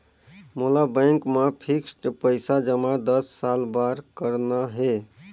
मोला बैंक मा फिक्स्ड पइसा जमा दस साल बार करना हे?